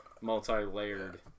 multi-layered